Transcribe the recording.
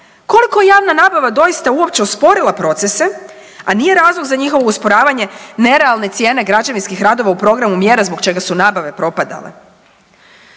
Koliko je javna nabava doista uopće usporila procese, a nije razlog za njihovo usporavanje nerealne cijene građevinskih radova u programu mjera zbog čega su nabave propadale.